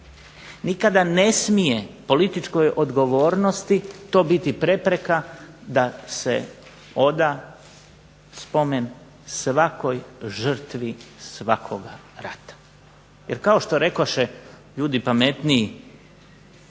Nikada ne smije političkoj odgovornosti to biti prepreka da se oda spomen svakoj žrtvi svakoga rata. Jer kao što rekoše ljudi pametniji